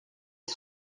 est